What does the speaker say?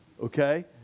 okay